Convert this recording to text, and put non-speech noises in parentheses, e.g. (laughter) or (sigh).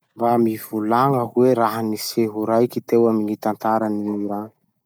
Mba mivolagna hoe raha-niseho raiky teo amy gny tantaran'i (noise) Iran?